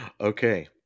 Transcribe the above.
Okay